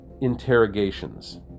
interrogations